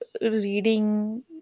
reading